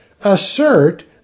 assert